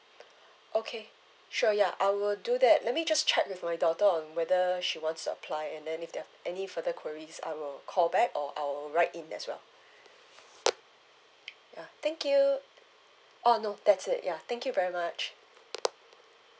okay sure ya I will do that let me just check with my daughter on whether she wants to apply and then if there are any further queries I will call back or I'll write in as well ya thank you uh no that's it ya thank you very much